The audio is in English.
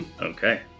Okay